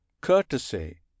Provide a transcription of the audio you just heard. Courtesy